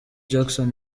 jackson